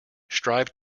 strive